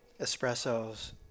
espressos